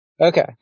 Okay